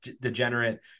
degenerate